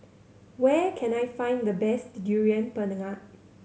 where can I find the best Durian Pengat